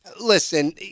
Listen—